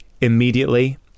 immediately